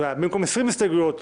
במקום 20 הסתייגויות,